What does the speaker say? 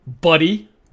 Buddy